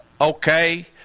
okay